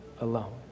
alone